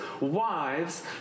wives